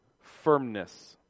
Firmness